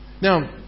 Now